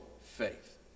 faith